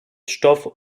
stoff